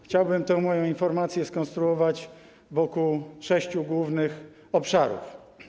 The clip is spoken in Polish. Chciałbym tę moją informację skonstruować wokół sześciu głównych obszarów.